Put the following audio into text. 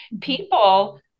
people